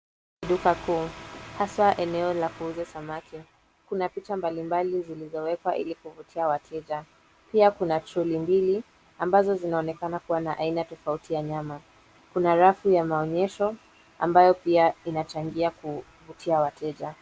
Duka kuu hasa eneo la kuuza samaki. Kuna picha mbalimbali zilizowekwa ili kuvutia wateja. Pia kuna troli mbili ambazo zinaoonekana kuwa na aina tofauti ya nyama. Kuna rafu ya maonyesho ambayo pia inachangia kuvutia wateja.